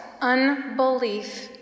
unbelief